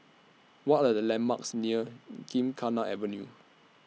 What Are The landmarks near Gymkhana Avenue